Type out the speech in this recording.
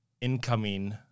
incoming